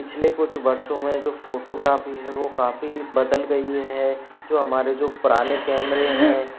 पिछले कुछ वर्षों में जो फ़ोटोग्राफी है वो काफ़ी बदल गई है जो हमारे जो पुराने कैमरे हैं और